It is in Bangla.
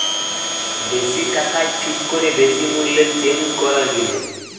বেশি টাকায় ঠিক করে বেশি মূল্যে চেঞ্জ করা গিলে